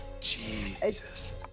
Jesus